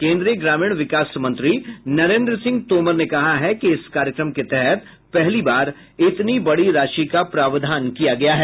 केन्द्रीय ग्रामीण विकास मंत्री नरेन्द्र सिंह तोमर ने कहा है कि इस कार्यक्रम के तहत पहली बार इतनी बडी राशि का प्रावधान किया गया है